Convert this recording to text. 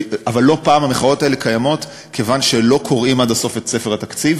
אבל לא פעם המחאות האלה קיימות כיוון שלא קוראים עד הסוף את ספר התקציב,